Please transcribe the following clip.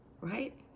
Right